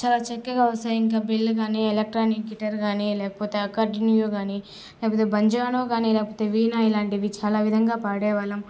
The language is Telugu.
చాలా చక్కగా వస్తాయి ఇంకా బిల్లు కానీ ఎలక్ట్రానిక్ గిటార్ కానీ లేకపోతే అకడిన్యూ కానీ లేకపోతే బంజానో కానీ లేకపోతే వీణ ఇలాంటివి చాలా విధంగా పాడే వాళ్ళం